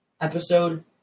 Episode